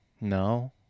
No